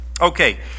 Okay